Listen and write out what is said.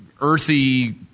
earthy